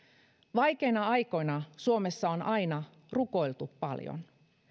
vaikeina aikoina suomessa on aina rukoiltu paljon